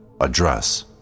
Address